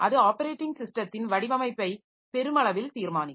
அது ஆப்பரேட்டிங் ஸிஸ்டத்தின் வடிவமைப்பை பெருமளவில் தீர்மானிக்கும்